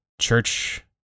church